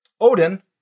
Odin